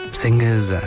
singers